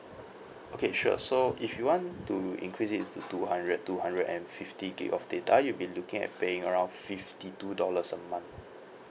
okay sure so if you want to increase it to two hundred two hundred and fifty gig of data you'll be looking at paying around fifty two dollars a month